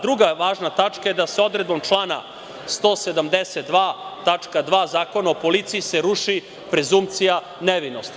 Druga važna tačka je da se odredbom člana 172. tačka 2. Zakona o policiji se ruši prezunkcija nevinosti.